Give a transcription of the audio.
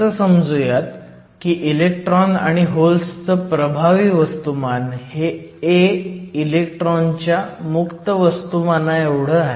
असं समजूयात की इलेक्ट्रॉन आणि होल्सचं प्रभावी वस्तुमान हे a इलेक्ट्रॉनच्या मुक्त वस्तुमानाएवढं आहे